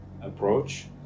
approach